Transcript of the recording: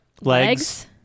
Legs